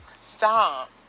stop